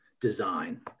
design